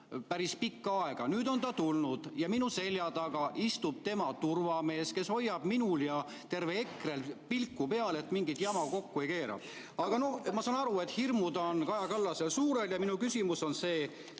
Riigikogu ette. Nüüd on ta tulnud ja minu selja taga istub tema turvamees, kes hoiab minul ja tervel EKRE‑l pilku peal, et me mingit jama kokku ei keeraks. Ma saan aru, et hirmud on Kaja Kallasel suured. Minu küsimus on: